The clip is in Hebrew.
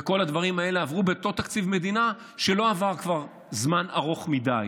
וכל הדברים האלה עברו באותו תקציב מדינה שלא עבר כבר זמן ארוך מדי,